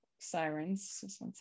sirens